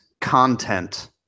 content